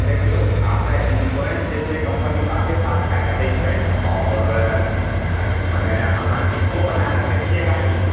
देखियौ आब तऽ इन्श्योरेंस जे छै कम्पनी साथे साथ कए कऽ दै छै आओर मने अहाँ किस्तोपर लए सकय छियै गाड़ी